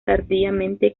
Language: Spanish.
tardíamente